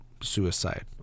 suicide